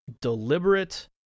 deliberate